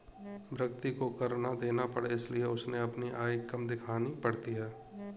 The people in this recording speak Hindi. व्यक्ति को कर ना देना पड़े इसलिए उसे अपनी आय कम दिखानी पड़ती है